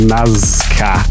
Nazca